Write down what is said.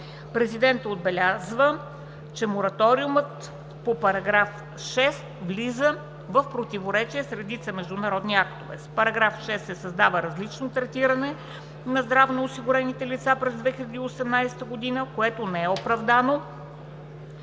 Президентът отбелязва, че мораториумът по § 6 влиза и в противоречие с редица международни актове. С § 6 се създава различно третиране на здравноосигурените лица през 2018 г., което не е оправдано